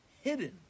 hidden